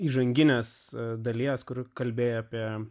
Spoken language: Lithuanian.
įžanginės dalies kur kalbėjai apie